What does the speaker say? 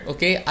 Okay